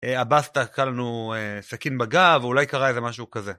הבסטה קלנו סכין בגב, אולי קרה איזה משהו כזה.